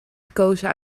gekozen